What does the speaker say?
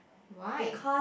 why